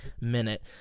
minute